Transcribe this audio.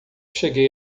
cheguei